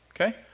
okay